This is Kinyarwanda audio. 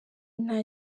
nta